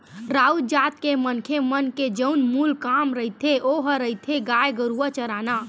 राउत जात के मनखे मन के जउन मूल काम रहिथे ओहा रहिथे गाय गरुवा चराना